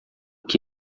que